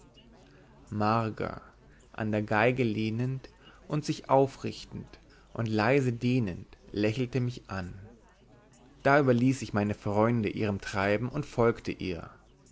marga an der geige lehnend und sich aufrichtend und leise dehnend lächelte mich an da überließ ich meine freunde ihrem treiben und folgte ihr